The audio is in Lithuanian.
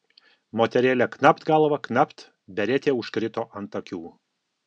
moterėlė knapt galva knapt beretė užkrito ant akių